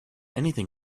anything